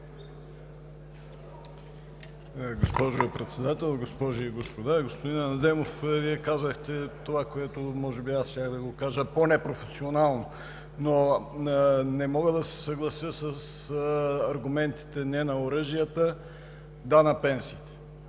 Госпожо Председател, госпожи и господа! Господин Адемов, Вие казахте това, което може би щях да го кажа по-непрофесионално. Но не мога да се съглася с аргументите – не на оръжията, да на пенсиите.